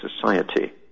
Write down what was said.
society